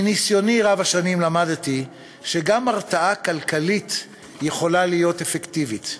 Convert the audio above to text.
מניסיוני רב-השנים למדתי שגם הרתעה כלכלית יכולה להיות אפקטיבית.